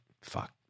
fuck